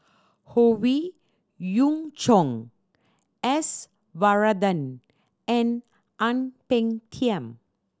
Howe Yoon Chong S Varathan and Ang Peng Tiam